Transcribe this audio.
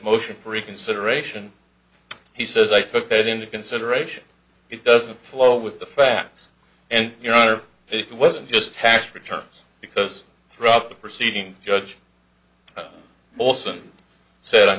motion for reconsideration he says i took that into consideration it doesn't flow with the facts and your honor it wasn't just tax returns because throughout the proceeding judge olson said i'm